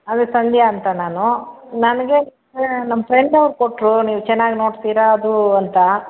ಅದು ಸಂಧ್ಯಾ ಅಂತ ನಾನು ನನಗೆ ನಮ್ಮ ಫ್ರೆಂಡ್ ಅವ್ರು ಕೊಟ್ಟರು ನೀವು ಚೆನ್ನಾಗಿ ನೋಡ್ತೀರ ಅದು ಅಂತ